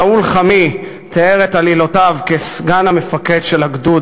שאול חמי תיאר את עלילותיו כסגן המפקד של הגדוד,